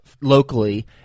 locally